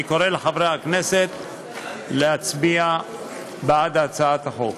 אני קורא לחברי הכנסת להצביע בעד הצעת החוק.